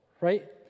right